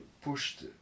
pushed